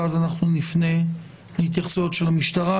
ואז נפנה להתייחסויות של המשטרה,